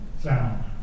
sound